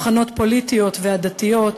הבחנות פוליטיות ועדתיות,